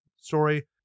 story